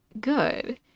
good